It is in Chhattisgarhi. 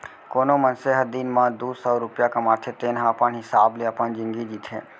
कोनो मनसे ह दिन म दू सव रूपिया कमाथे तेन ह अपन हिसाब ले अपन जिनगी जीथे